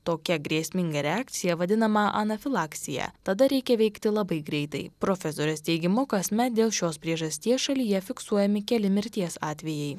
tokia grėsminga reakcija vadinama anafilaksija tada reikia veikti labai greitai profesorės teigimu kasmet dėl šios priežasties šalyje fiksuojami keli mirties atvejai